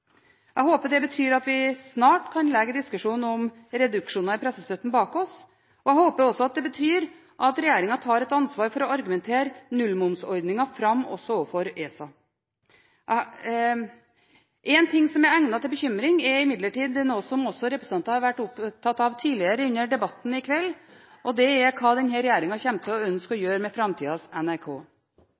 Jeg håper det betyr at vi snart kan legge diskusjonen om reduksjoner i pressestøtten bak oss, og jeg håper også at det betyr at regjeringen tar et ansvar for å argumentere nullmomsordningen fram også overfor ESA. En ting som er egnet til bekymring, er imidlertid noe som representanter har vært opptatt av også tidligere under debatten i kveld, og det er hva denne regjeringen kommer til å ønske å gjøre med framtidas NRK.